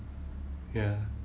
ya